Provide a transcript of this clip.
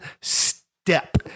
step